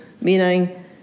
meaning